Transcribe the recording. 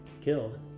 killed